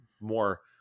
more